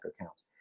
accounts